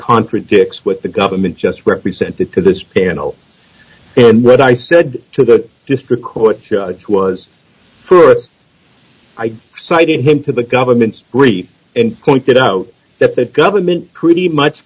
contradicts what the government just represented to this panel and what i said to the district court judge was i cited him to the government's brief and pointed out that the government pretty much